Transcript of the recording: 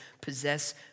possess